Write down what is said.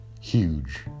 huge